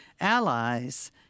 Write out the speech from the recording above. allies